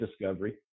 discovery